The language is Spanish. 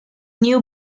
new